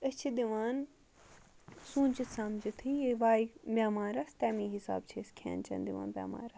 أسۍ چھِ دِوان سوٗنٛچِتھ سَمجِتھٕے یہِ ویہِ بٮ۪مارَس تَمی حِساب چھِ أسۍ کھٮ۪ن چٮ۪ن دِوان بٮ۪مارَس